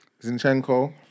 Zinchenko